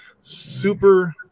super